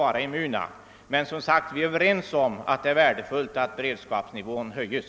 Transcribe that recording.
Vi är som sagt överens om att det är värdefullt att beredskapsnivån höjs.